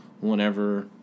whenever